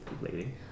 lady